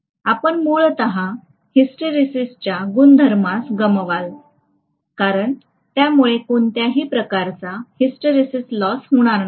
आपण मूलत हिस्टरेसिसच्या गुणधर्मास गमवाल कारण त्यामुळे कोणत्याही प्रकारचा हिस्टेरिसिस लॉस होणार नाही